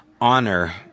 honor